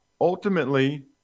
Ultimately